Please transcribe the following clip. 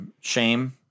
Shame